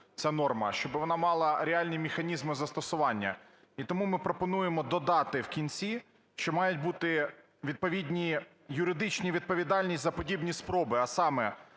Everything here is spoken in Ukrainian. ця норма, щоб вона мала реальні механізми застосування. І тому ми пропонуємо додати в кінці, що мають бути відповідні юридичні відповідальні за подібні спроби, а саме